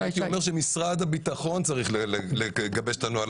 אני הייתי אומר שמשרד הביטחון צריך לגבש את הנוהל